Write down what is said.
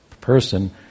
person